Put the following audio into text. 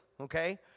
okay